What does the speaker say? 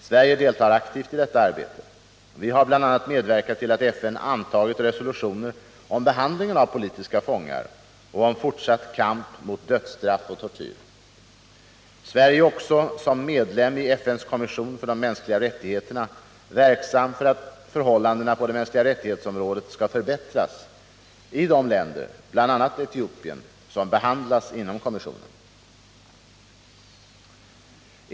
Sverige deltar aktivt i detta arbete. Vi har bl.a. medverkat till att FN antagit resolutioner om behandlingen av politiska fångar och om fortsatt kamp mot dödsstraff och tortyr. Sverige är också såsom medlem i FN:s kommission för de mänskliga rättigheterna verksamt för att förhållandena på det mänskliga rättighetsområdet skall förbättras i de länder, bl.a. Etiopien, som behandlas inom 2.